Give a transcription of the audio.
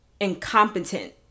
incompetent